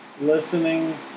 Listening